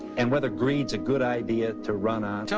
and whether greed's a good idea to run on? tell